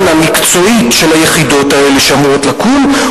המקצועית של היחידות" האלה שאמורות לקום,